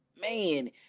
man